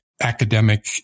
academic